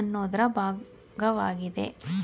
ಅನ್ನೋದ್ರ ಭಾಗ್ವಾಗಿದೆ